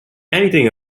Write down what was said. anything